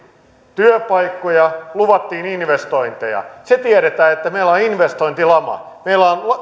työpaikkoja luvattiin investointeja se tiedetään että meillä on investointilama meillä on